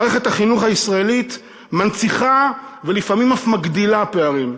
מערכת החינוך הישראלית מנציחה ולפעמים אף מגדילה פערים.